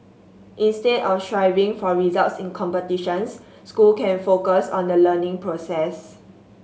instead of striving for results in competitions school can focus on the learning process